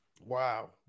wow